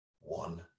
one